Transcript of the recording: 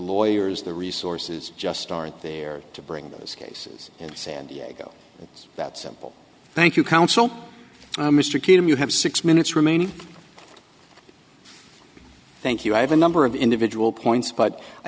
lawyers the resources just aren't there to bring those cases in san diego it's that simple thank you counsel mr kim you have six minutes remaining thank you i have a number of individual points but i